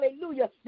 hallelujah